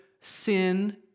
sin